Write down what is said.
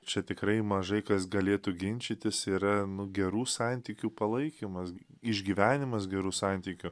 čia tikrai mažai kas galėtų ginčytis yra gerų santykių palaikymas išgyvenimas gerų santykių